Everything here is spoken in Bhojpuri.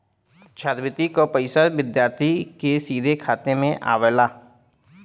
छात्रवृति क पइसा विद्यार्थी के सीधे खाते में आवला